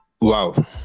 wow